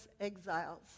exiles